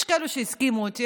יש כאלו שיסכימו איתי,